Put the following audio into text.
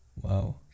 Wow